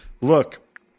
look